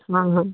हाँ हाँ